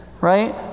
Right